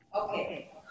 Okay